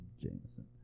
Jameson